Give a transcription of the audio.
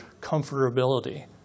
comfortability